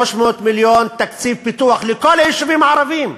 300 מיליון לתקציב פיתוח לכל היישובים הערביים,